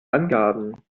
angaben